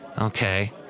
Okay